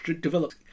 developed